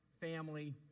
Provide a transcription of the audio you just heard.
family